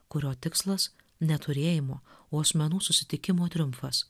kurio tikslas ne turėjimo o asmenų susitikimo triumfas